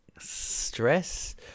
stress